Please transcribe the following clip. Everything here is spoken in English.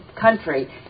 country